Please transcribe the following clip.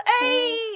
Hey